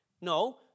No